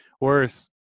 Worse